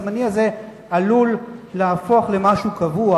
הזמני הזה עלול להפוך למשהו קבוע.